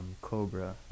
Cobra